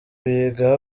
biga